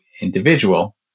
individual